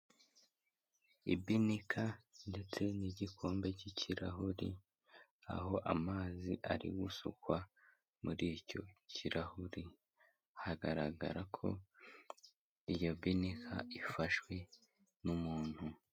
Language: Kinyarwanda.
Ibinika ndetse n'igikombe cy'ikirahuri, aho amazi ari gusukwa muri icyo kirahuri. Hagaragara ko iyo binika ifashwe n'umuntu.